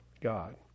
God